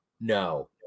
No